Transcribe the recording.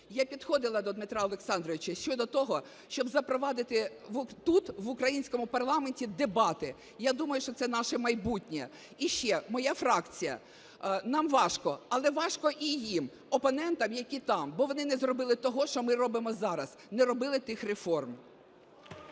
Я підходила до Дмитра Олександровича щодо того, щоб запровадити тут в українському парламенті дебати, я думаю, що це наше майбутнє. І ще. Моя фракція, нам важко, але важко і їм, опонентам, які там, бо вони не зробили того, що ми робимо зараз – не робили тих реформ.